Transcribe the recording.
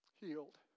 healed